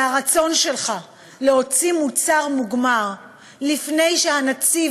והרצון שלך להוציא מוצר מוגמר לפני שהנציב